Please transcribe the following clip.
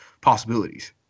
possibilities